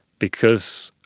because,